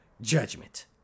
judgment